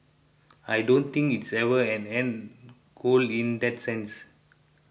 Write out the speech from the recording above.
I don't think it's ever an end goal in that sense